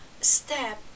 step